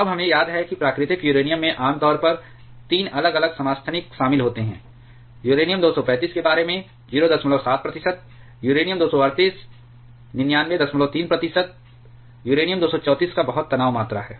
अब हमें याद है कि प्राकृतिक यूरेनियम में आमतौर पर तीन अलग अलग समस्थानिक शामिल होते हैं यूरेनियम 235 के बारे में 07 प्रतिशत यूरेनियम 238 993 प्रतिशत और यूरेनियम 234 का बहुत तनाव मात्रा है